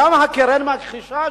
גם הקרן מכחישה,